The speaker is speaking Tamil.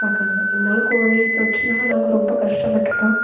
பார்க்குறாங்க இருந்தாலும் கோவிட் தொற்றுனால நாங்கள் ரொம்ப கஷ்டப்பட்டுவிட்டோம்